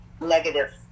negative